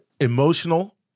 Emotional